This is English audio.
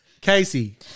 Casey